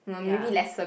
ya